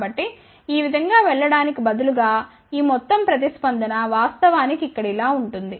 కాబట్టి ఈ విధంగా వెళ్ళ డానికి బదులుగా ఈ మొత్తం ప్రతిస్పందన వాస్తవానికి ఇక్కడ ఇలా ఉంటుంది